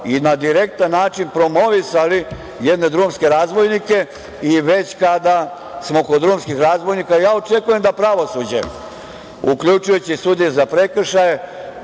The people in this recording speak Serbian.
i na direktan način promovisali jedne drumske razbojnike i već kada smo kod drumskih razbojnika ja očekujem da pravosuđe, uključujući sudije za prekršaje,